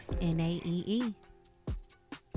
N-A-E-E